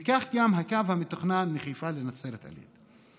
וכך גם בקו המתוכנן מחיפה לנצרת עילית.